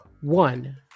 one